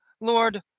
Lord